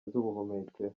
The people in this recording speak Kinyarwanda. z’ubuhumekero